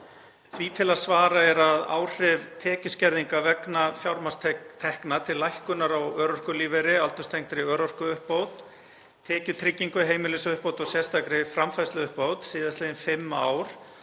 því til að svara að áhrif tekjuskerðinga vegna fjármagnstekna til lækkunar á örorkulífeyri, aldurstengdri örorkuuppbót, tekjutryggingu, heimilisuppbót og sérstakri framfærsluuppbót síðastliðin fimm ár